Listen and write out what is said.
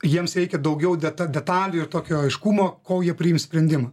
jiems reikia daugiau deta detalių ir tokio aiškumo kol jie priims sprendimą